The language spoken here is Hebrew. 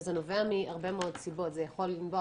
וזה נובע מהרבה מאוד סיבות זה יכול לנבוע